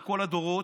לכל הדורות,